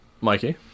Mikey